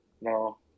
No